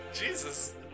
Jesus